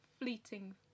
fleeting